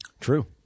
True